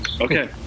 Okay